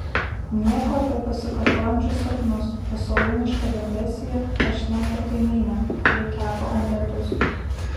nieko apie pasikartojančius sapnus pasalūnišką depresiją ar šnekią kaimynę kuri kepa omletus